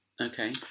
Okay